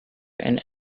and